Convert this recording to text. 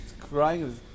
crying